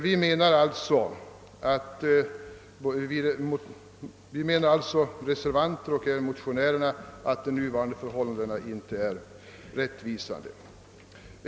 na menar alltså att de nuvarande förhållandena inte är rättvisa.